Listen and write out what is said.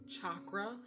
chakra